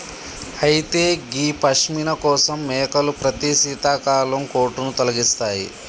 అయితే గీ పష్మిన కోసం మేకలు ప్రతి శీతాకాలం కోటును తొలగిస్తాయి